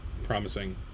Promising